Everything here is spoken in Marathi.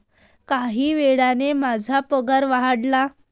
काही वेळाने माझा पगार वाढेल